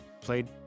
played